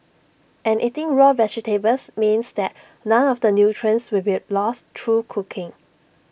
and eating raw vegetables means that none of the nutrients will be lost through cooking